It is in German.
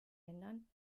ändern